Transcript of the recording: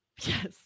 yes